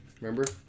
remember